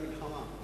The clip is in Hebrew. למלחמה,